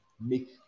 make